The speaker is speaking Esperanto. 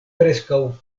preskaŭ